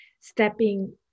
stepping